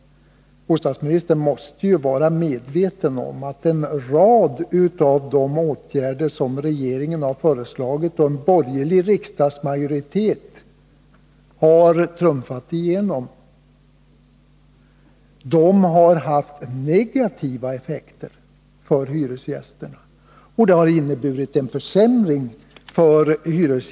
Bostadsministern måste ju vara medveten om att flera av de åtgärder som regeringen har föreslagit — och som en borgerlig riksdagsmajoritet har trumfat igenom — har haft negativa effekter för hyresgästerna och inneburit en försämring för dem.